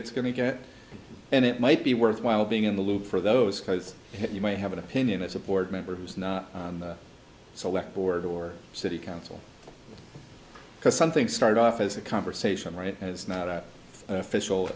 it's going to get and it might be worthwhile being in the loop for those you may have an opinion as a board member who's not on the select board or city council because something started off as a conversation right it's not a official